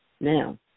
Now